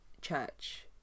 church